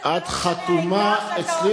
את חתומה אצלי